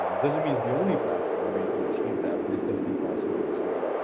um doesn't mean it's the only platform where you can achieve that, but it's definitely possible to